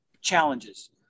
challenges